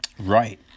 Right